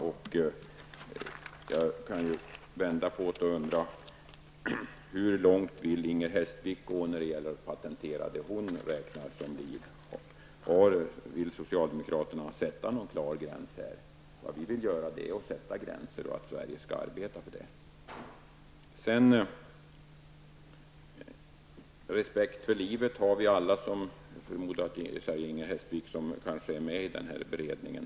Jag vänder på frågeställningen: Hur långt vill Inger Hestvik gå när det gäller att patentera det som hon räknar som liv? Vill socialdemokraterna sätta en klar gräns i det här fallet? Vad vi själva vill är just att sätta gränser. Vi vill att Sverige skall arbeta för detta. Respekt för livet har vi alla, säger Inger Hestvik. Inger Hestvik sitter kanske med i den aktuella beredningen.